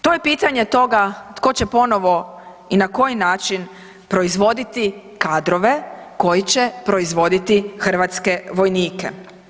To je pitanje toga tko će ponovo i na koji način proizvoditi kadrove koji će proizvoditi hrvatske vojnike?